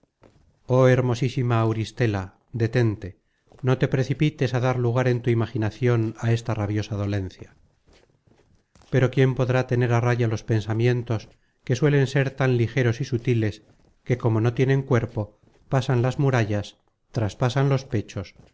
oh hermosísima auristela detente no te precipites á dar lugar en tu imaginacion á esta rabiosa dolencia pero quién podrá tener a raya los pensamientos que suelen ser tan ligeros y sutiles que como no tienen cuerpo pasan las murallas traspasan los pechos